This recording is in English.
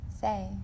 say